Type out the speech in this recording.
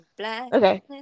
Okay